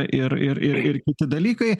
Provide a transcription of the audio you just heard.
ir ir ir ir kiti dalykai